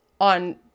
on